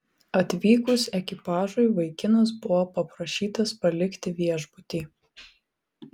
atvykus ekipažui vaikinas buvo paprašytas palikti viešbutį